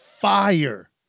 fire